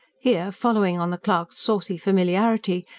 here, following on the clerk's saucy familiarity,